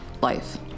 Life